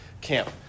camp